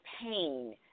pain